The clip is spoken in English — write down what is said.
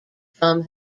from